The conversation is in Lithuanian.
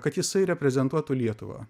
kad jisai reprezentuotų lietuvą